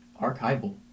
archival